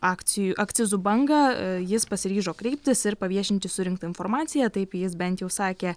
akcijų akcizų bangą jis pasiryžo kreiptis ir paviešinti surinktą informaciją taip jis bent jau sakė